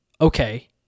okay